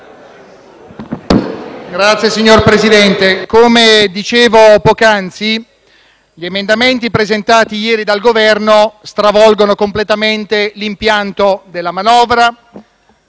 *(PD)*. Signor Presidente, come dicevo poc'anzi, gli emendamenti presentati ieri dal Governo stravolgono completamente l'impianto della manovra,